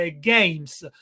games